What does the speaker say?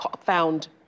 found